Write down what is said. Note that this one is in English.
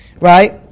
right